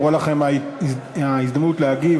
שמורה לכם ההזדמנות להגיב,